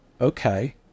okay